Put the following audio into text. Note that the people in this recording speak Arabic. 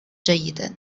جيدا